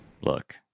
Look